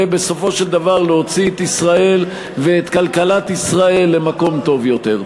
ובסופו של דבר להוציא את ישראל ואת כלכלת ישראל למקום טוב יותר.